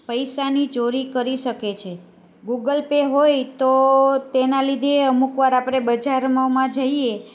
પૈસાની ચોરી કરી શકે છે ગૂગલ પે હોય તો તેના લીધે અમુક વાર આપણે બજારોમાં જઈએ